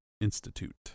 institute